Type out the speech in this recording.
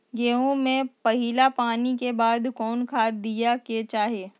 गेंहू में पहिला पानी के बाद कौन खाद दिया के चाही?